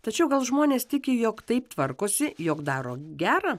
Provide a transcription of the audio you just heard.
tačiau gal žmonės tiki jog taip tvarkosi jog daro gera